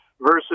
versus